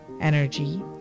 energy